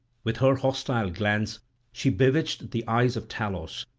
with her hostile glance she bewitched the eyes of talos,